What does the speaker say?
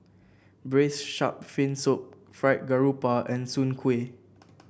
Braised Shark Fin Soup Fried Garoupa and Soon Kuih